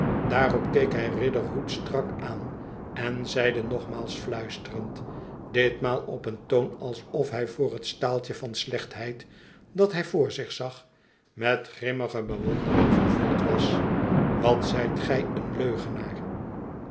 daarop keek hij riderhood strak aan en zeide nogmaals fluisterend ditmaal op een toon alsof hij voor het staaltje van slechtheid dat hij voor zich zag met grimmige bewondering vervuld was wat zijt gij een leugenaar